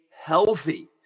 healthy